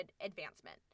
advancement